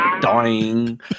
dying